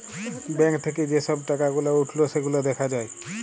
bank থাক্যে যে সব টাকা গুলা উঠল সেগুলা দ্যাখা যায়